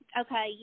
Okay